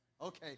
Okay